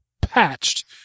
patched